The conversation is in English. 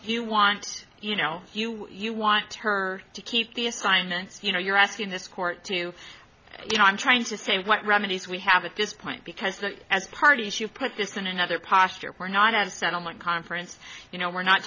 you want you know you want her to keep the assignments you know you're asking this court to you know i'm trying to say what remedies we have at this point because that as party as you put this in another posture or not as a settlement conference you know we're not